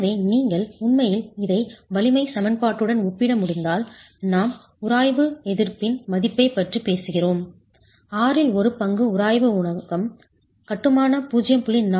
எனவே நீங்கள் உண்மையில் இதை வலிமை சமன்பாட்டுடன் ஒப்பிட முடிந்தால் நாம் உராய்வு எதிர்ப்பின் மதிப்பைப் பற்றி பேசுகிறோம் ஆறில் ஒரு பங்கு உராய்வு குணகம் கட்டுமான 0